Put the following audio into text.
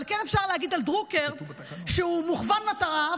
אבל כן אפשר להגיד על דרוקר שהוא מוכוון מטרה,